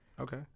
Okay